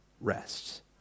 rests